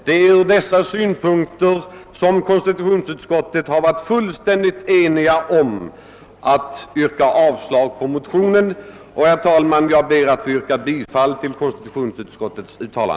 Det är av detta skäl som konstitutionsutskottet varit fullständigt enigt om att avstyrka motionen. Herr talman! Jag ber att få yrka bifall till konstitutionsutskottets hemställan.